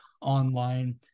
online